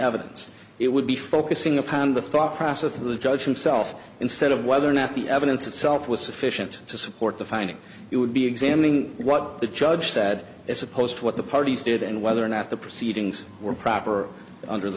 evidence it would be focusing upon the thought process of the judge himself instead of whether or not the evidence itself was sufficient to support the finding it would be examining what the judge said as opposed to what the parties did and whether or not the proceedings were proper under the